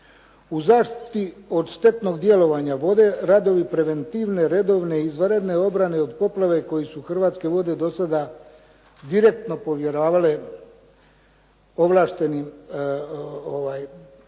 U zaštiti od štetnog djelovanja vode radovi preventivne redovne i izvanredne obrane od poplave koje su "Hrvatske vode" dosada direktno povjeravale povlaštenim pravnim